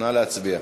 נא להצביע.